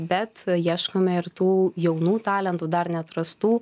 bet ieškome ir tų jaunų talentų dar neatrastų